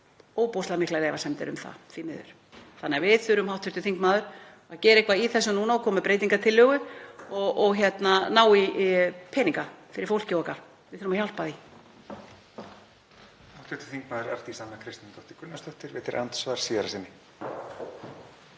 ofboðslega miklar efasemdir um það, því miður. Við þurfum, hv. þingmaður, að gera eitthvað í þessu núna og koma með breytingartillögu og ná í peninga fyrir fólkið okkar. Við þurfum að hjálpa því.